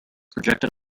projected